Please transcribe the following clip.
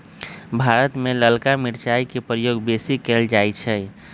भारत में ललका मिरचाई के प्रयोग बेशी कएल जाइ छइ